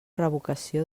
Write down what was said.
revocació